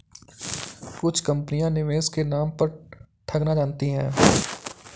कुछ कंपनियां निवेश के नाम पर ठगना जानती हैं